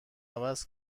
عوض